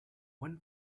when